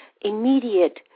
immediate